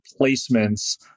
placements